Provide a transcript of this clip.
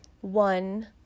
one